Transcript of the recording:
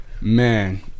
Man